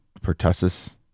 pertussis